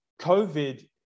COVID